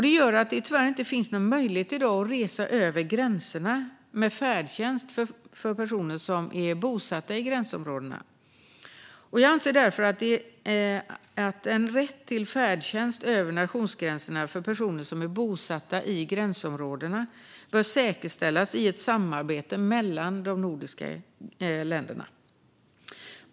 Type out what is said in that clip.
Det gör att det i dag tyvärr inte finns någon möjlighet att resa över gränserna med färdtjänst för personer som är bosatta i gränsområdena. Jag anser därför att en rätt till färdtjänst över nationsgränserna för personer som är bosatta i gränsområdena bör säkerställas i ett samarbete mellan de nordiska länderna.